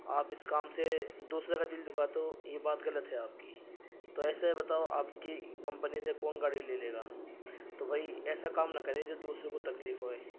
آپ اس کام سے دوسرے کا دل دکھاتے ہو یہ بات غلط ہے آپ کی تو ایسے بتاؤ آپ کی کمپنی سے کون گاڑی لے لے گا تو بھائی ایسا کام نہ کرے جو دوسروں کو تکلیف ہوئے